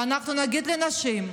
ואנחנו נגיד לנשים: